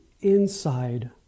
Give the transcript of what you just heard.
inside